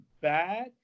bad